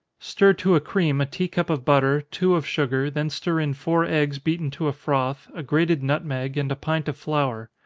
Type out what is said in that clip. stir to a cream a tea-cup of butter, two of sugar, then stir in four eggs beaten to a froth, a grated nutmeg, and a pint of flour.